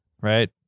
right